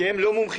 כי הם לא מומחים,